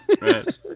Right